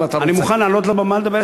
ואני לא רואה אותו פה.